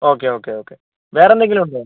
okay okay okay വേറെ എന്തെങ്കിലും ഉണ്ടോ